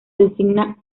designa